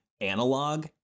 analog